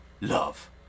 love